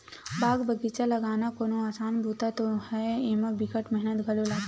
बाग बगिचा लगाना कोनो असान बूता नो हय, एमा बिकट मेहनत घलो लागथे